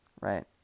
right